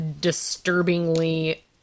disturbingly